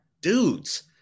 dudes